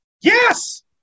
Yes